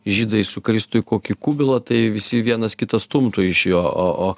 žydai sukristų į kokį kubilą tai visi vienas kitą stumtų iš jo o o